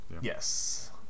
yes